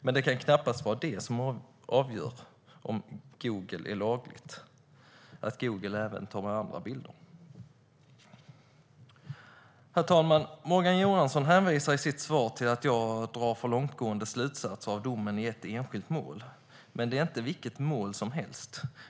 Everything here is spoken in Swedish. Men det kan knappast vara det som avgör om Google är lagligt, att Google tar med även andra bilder. Herr talman! Morgan Johansson hänvisar i sitt svar till att jag drar för långtgående slutsatser av domen i ett enskilt mål. Men detta är inte vilket mål som helst.